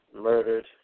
murdered